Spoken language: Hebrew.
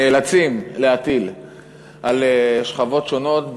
נאלצים להטיל על שכבות שונות,